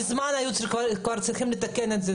מזמן היו צריכים כבר לתקן את זה.